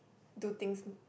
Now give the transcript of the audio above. do things